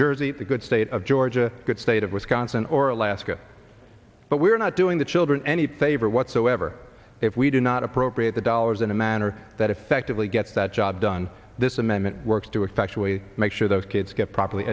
jersey the good state of georgia good state of wisconsin or alaska but we are not doing the children any favor whatsoever if we do not appropriate the dollars in a manner that effectively get that job done this amendment works to effectuate make sure those kids get properly